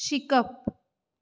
शिकप